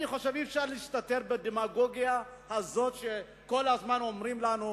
אי-אפשר להסתתר בדמגוגיה הזאת שכל הזמן אומרים לנו: